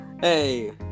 Hey